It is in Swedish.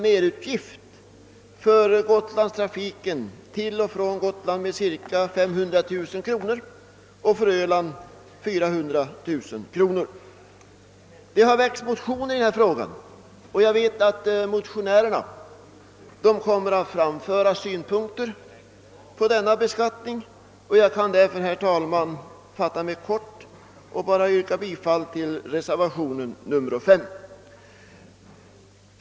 Merutgiften för trafiken till och från Gotland har beräknats till cirka 500 000 kronor och för trafiken till och från Öland till cirka 400 000 kronor. Det har väckts motioner i frågan, och jag vet att motionärerna kommer att framföra synpunkter på denna beskattning. Jag kan därför, herr talman, nu inskränka mig till att yrka bifall till reservationen 5.